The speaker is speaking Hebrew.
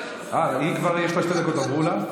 היא, כבר שתי דקות עברו לה,